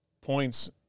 points